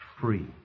free